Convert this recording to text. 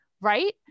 right